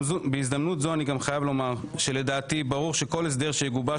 בהזדמנות זו אני גם חייב לומר שלדעתי ברור שכל הסדר שיגובש